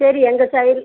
சரி எங்கள் சைட்